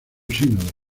sínodo